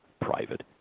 private